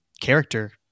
character